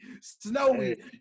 snowy